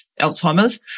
Alzheimer's